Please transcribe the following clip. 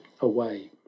away